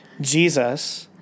Jesus